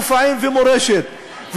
מופעים ומורשת.